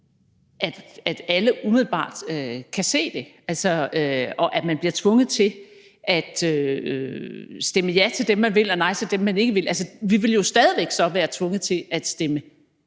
at alle umiddelbart kan se det, og at man bliver tvunget til at stemme ja til dem, man vil, og nej til dem, man ikke vil. Altså, vi ville jo så stadig væk være tvunget til at stemme